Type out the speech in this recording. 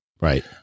Right